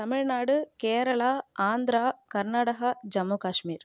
Tamil Nadu Kerala Andhra Karnataka Jammu Kashmir